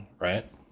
Right